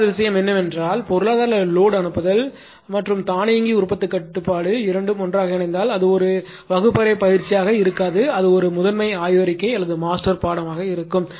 இரண்டாவது விஷயம் என்னவென்றால் பொருளாதார லோடுஅனுப்புதல் மற்றும் தானியங்கி உற்பத்தி கட்டுப்பாடு இரண்டும் ஒன்றாக இணைந்தால் அது ஒரு வகுப்பறை பயிற்சியாக இருக்காது அது ஒரு முதன்மை ஆய்வறிக்கை அல்லது மாஸ்டர் பாடமாக இருக்கும்